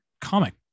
comic